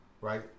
Right